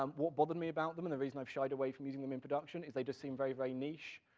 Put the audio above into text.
um what bothered me about them, and the reason i've shied away from using them in production, is they just seem very very niche.